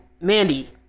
Mandy